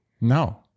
No